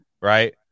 Right